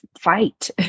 fight